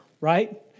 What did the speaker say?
right